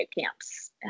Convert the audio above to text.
Camps